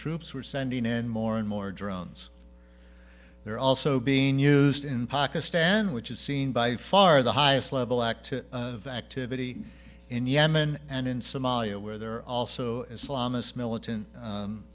troops who are sending in more and more drones they're also being used in pakistan which is seen by far the highest level active of activity in yemen and in somalia where there are also islamist militant